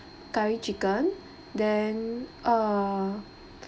curry chicken then uh